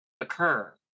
occur